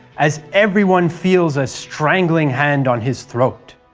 as everyone feels a strangling hand on his throat.